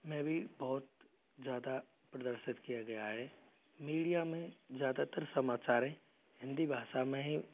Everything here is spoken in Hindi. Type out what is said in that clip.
में भी बहुत ज़्यादा प्रदर्शित किया गया है मीडिया में ज़्यादातर समाचारें हिंदी भाषा में ही